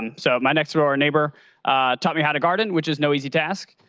and so my next-door neighbor taught me how to garden which is no easy task.